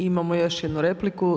Imamo još jednu repliku.